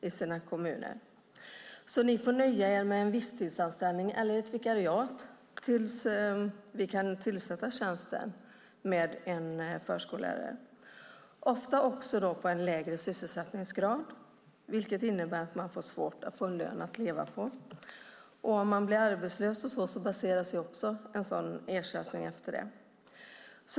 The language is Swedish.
De har fått nöja sig med visstidsanställningar eller vikariat tills tjänsterna kan tillsättas med en förskollärare, ofta på en lägre sysselsättningsgrad, vilket innebär att det är svårt att få en lön att leva på. Blir man arbetslös baseras också ersättningen på detta.